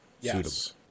yes